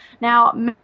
Now